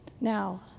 Now